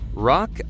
Rock